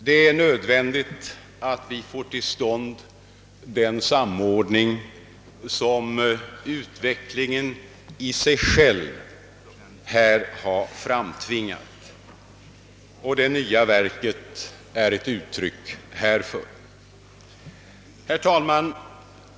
Det är nödvändigt att vi får till stånd den samordning som utvecklingen i sig själv har framtvingat, och det nya verket är ett uttryck härför. Herr talman!